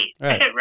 right